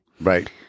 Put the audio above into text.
Right